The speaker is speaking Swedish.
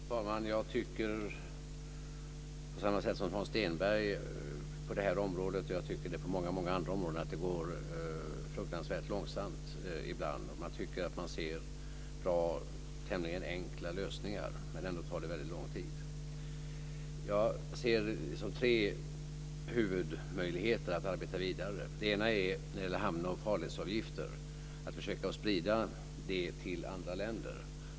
Fru talman! Jag tycker på samma sätt som Hans Stenberg att det går fruktansvärt långsamt på detta område, liksom på många andra. Man tycker att det finns enkla lösningar. Ändå tar det väldigt lång tid. Det finns tre huvudmöjligheter för att arbeta vidare. För det första kan man försöka sprida systemet med hamn och farledsavgifter till andra länder.